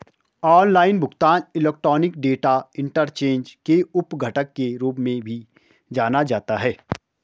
online भुगतान electronic data interchange के उप घटक के रूप में भी जाना जाता है